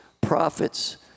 prophets